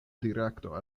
direkto